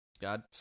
God